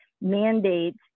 mandates